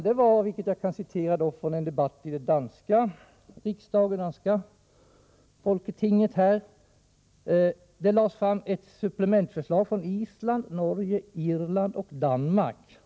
Det var, vilket jag kan citera ur referatet från en debatt i danska folketinget, också Island, Norge, Irland och Danmark.